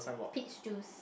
peach juice